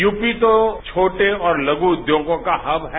UP तो छोटे और लघ् उद्योग का हब है